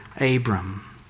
Abram